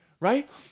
Right